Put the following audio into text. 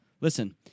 Listen